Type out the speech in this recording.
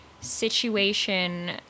situation